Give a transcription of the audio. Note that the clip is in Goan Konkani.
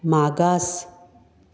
मागास